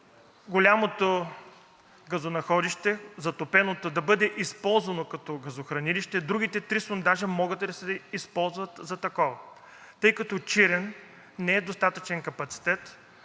голямото газонаходище – затопеното, да бъде използвано като газохранилище, другите три сондажа могат ли да се използват за такова, тъй като „Чирен“ не е с достатъчен капацитет,